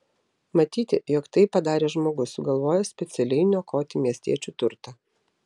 matyti jog tai padarė žmogus sugalvojęs specialiai niokoti miestiečių turtą